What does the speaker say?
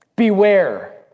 Beware